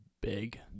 big